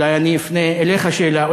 אולי אני אפנה אליך שאלה,